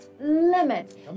limit